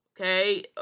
okay